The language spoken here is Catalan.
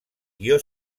guió